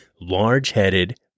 large-headed